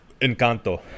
Encanto